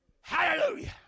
Hallelujah